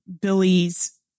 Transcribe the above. Billy's